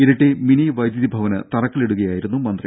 Iritty mini വൈദ്യുതി ഭവന് തറക്കല്ലിടുകയായിരുന്നു മന്ത്രി